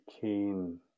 keen